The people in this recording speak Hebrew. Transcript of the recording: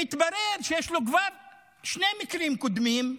מתברר שכבר יש לו שני מקרים קודמים.